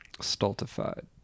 stultified